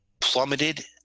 plummeted